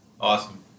Awesome